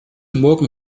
morgen